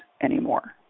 anymore